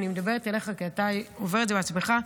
אני מדברת אליך כי אתה עובר את זה בעצמך,